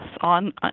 on